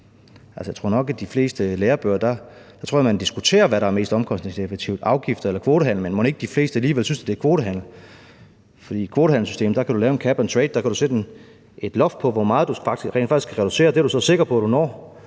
Jeg tror nok, at man i de fleste lærebøger diskuterer, hvad der er mest omkostningseffektivt: afgifter eller kvotehandel. Men mon ikke de fleste alligevel synes, at det er kvotehandel, for i kvotehandelssystemet kan du lave en cap and trade, der kan du sætte et loft over, hvor meget du rent faktisk kan reducere, og det er du sikker på at du når,